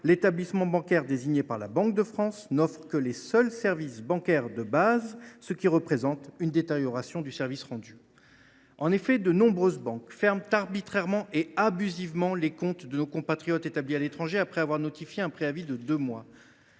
l’établissement bancaire désigné par la Banque de France n’offre que les seuls services bancaires de base, ce qui représente une détérioration du service rendu. En effet, de nombreuses banques ferment arbitrairement et abusivement les comptes de nos compatriotes établis à l’étranger après avoir notifié un préavis de deux mois.